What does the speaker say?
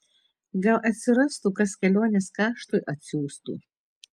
gal atsirastų kas kelionės kaštui atsiųstų